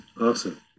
awesome